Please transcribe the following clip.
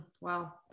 Wow